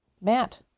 Matt